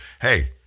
hey